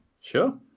Sure